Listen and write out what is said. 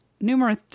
numerous